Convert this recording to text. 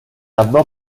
adobe